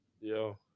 yo